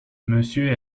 monsieur